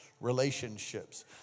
relationships